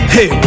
Hey